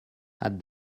had